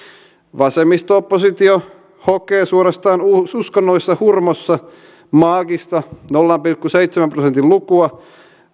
vasemmisto oppositio hokee suorastaan uskonnollisessa hurmiossa maagista nolla pilkku seitsemän prosentin lukua